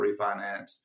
refinance